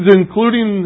including